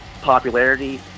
popularity